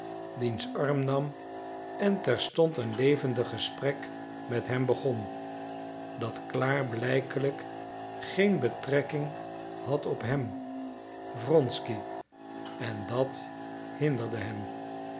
diens arm nam en terstond een levendig gesprek met hem begon dat klaarblijkelijk geen betrekking had op hem wronsky en dat hinderde hem